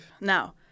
Now